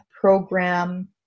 program